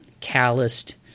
calloused